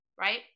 Right